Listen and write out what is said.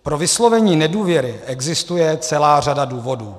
Pro vyslovení nedůvěry existuje celá řada důvodů.